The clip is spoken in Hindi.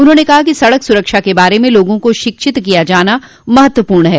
उन्होंने कहा कि सड़क सुरक्षा के बारे में लोगों को शिक्षित किया जाना महत्वपूर्ण है